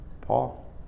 Paul